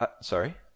Sorry